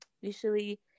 usually